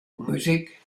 muzyk